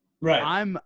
right